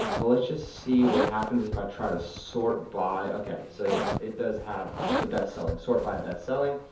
but let's just see what happens if i try to sort by, okay, so yeah, it does have the bestselling, sort by best selling.